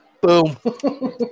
Boom